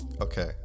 okay